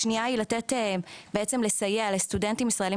השנייה היא בעצם לסייע לסטודנטים ישראלים